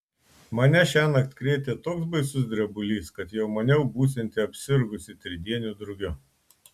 mane šiąnakt krėtė toks baisus drebulys kad jau maniau būsianti apsirgusi tridieniu drugiu